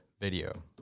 video